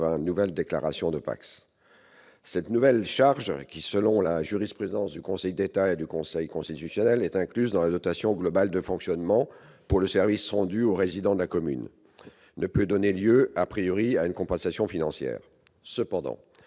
à 180 nouvelles déclarations de PACS. Cette nouvelle charge, qui, selon la jurisprudence du Conseil d'État et du Conseil constitutionnel, est incluse dans la dotation globale de fonctionnement « pour le service rendu aux résidents de la commune », ne peut donner lieu à une compensation financière. Cependant,